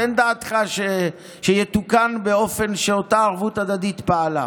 תן דעתך שיתוקן באופן שאותה ערבות הדדית פעלה.